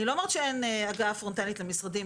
אני לא אומרת שאין הגעה פרונטלית למשרדים,